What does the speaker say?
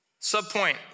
Subpoint